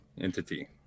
entity